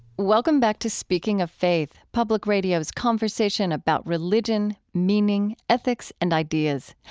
welcome back to speaking of faith, public radio's conversation about religion, meaning, ethics, and ideas.